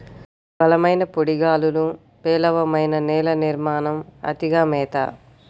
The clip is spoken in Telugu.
బలమైన పొడి గాలులు, పేలవమైన నేల నిర్మాణం, అతిగా మేత